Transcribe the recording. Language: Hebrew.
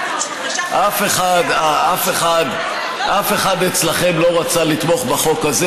אף אחד, אף אחד אצלכם לא רצה לתמוך בחוק הזה.